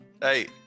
Hey